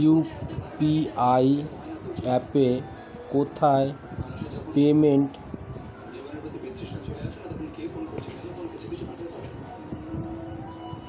UPI অ্যাপে কোথায় payment